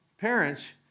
parents